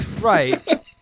Right